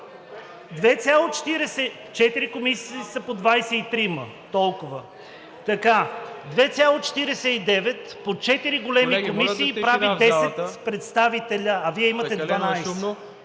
2,49 по четири големи комисии прави 10 представители, а Вие имате 12.